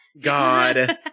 God